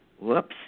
whoops